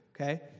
Okay